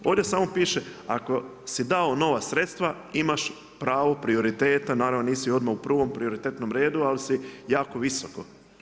Ovdje samo piše, ako si dao nova sredstva, imaš pravo prioriteta, naravno, nisi odmah u prvom prioritetnom redu, ali si jako visoko.